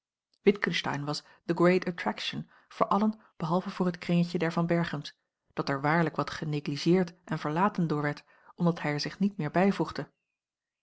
witgensteyn was the great attraction voor allen behalve voor het kringetje der van berchems dat er waarlijk wat genegligeerd en verlaten door werd omdat hij er zich niet meer bijvoegde